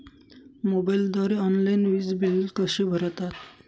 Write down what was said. मोबाईलद्वारे ऑनलाईन वीज बिल कसे भरतात?